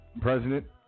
President